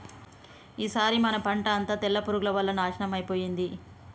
ఈసారి మన పంట అంతా తెల్ల పురుగుల వల్ల నాశనం అయిపోయింది